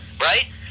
right